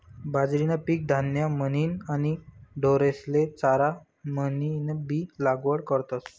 बाजरीनं पीक धान्य म्हनीन आणि ढोरेस्ले चारा म्हनीनबी लागवड करतस